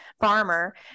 farmer